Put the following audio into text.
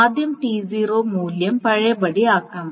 ആദ്യം T0 മൂല്യം പഴയപടിയാക്കണം